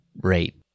rate